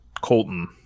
Colton